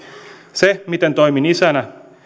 se miten toimin isänä